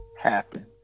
happen